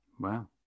Wow